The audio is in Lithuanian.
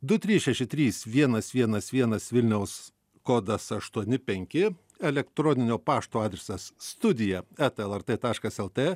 du trys šeši trys vienas vienas vienas vilniaus kodas aštuoni penki elektroninio pašto adresas studija eta lrt taškas lt